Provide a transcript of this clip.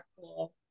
cool